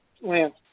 Lance